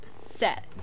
Set